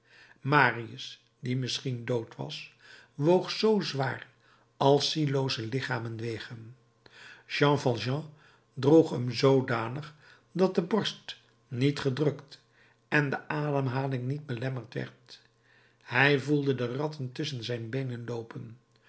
marius die misschien dood was woog zoo zwaar als ziellooze lichamen wegen jean valjean droeg hem zoodanig dat de borst niet gedrukt en de ademhaling niet belemmerd werd hij voelde de ratten tusschen zijn